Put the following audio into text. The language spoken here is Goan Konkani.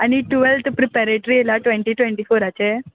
आनी टुवॅल्त प्रिपॅरेट्री येयला ट्वँटी ट्वँटी फोराचे